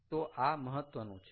તો આ મહત્વનું છે